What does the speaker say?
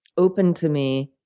open to me,